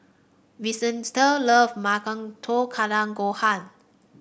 Vicente love Tamago Kake Gohan